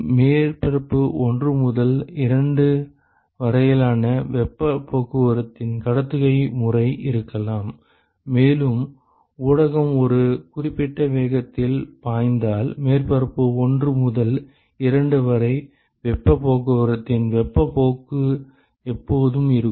மேற்பரப்பு 1 முதல் 2 வரையிலான வெப்பப் போக்குவரத்தின் கடத்துகை முறை இருக்கலாம் மேலும் ஊடகம் ஒரு குறிப்பிட்ட வேகத்தில் பாய்ந்தால் மேற்பரப்பு 1 முதல் 2 வரை வெப்பப் போக்குவரத்தின் வெப்பப் போக்கு எப்போதும் இருக்கும்